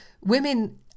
women